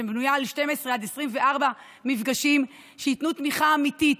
שבנויה על 12 עד 24 מפגשים שייתנו תמיכה אמיתית,